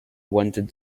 wanted